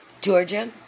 Georgia